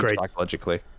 psychologically